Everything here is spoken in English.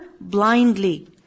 blindly